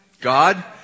God